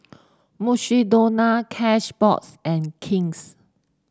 Mukshidonna Cashbox and King's